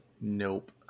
Nope